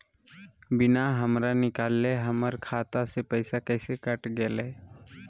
बिना हमरा निकालले, हमर खाता से पैसा कैसे कट गेलई?